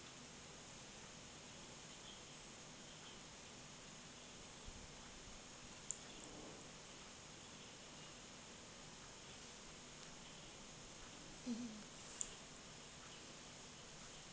mm